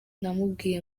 namubwira